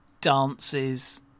dances